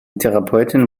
therapeutin